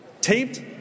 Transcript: taped